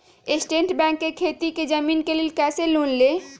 State Bank से खेती की जमीन के लिए कैसे लोन ले?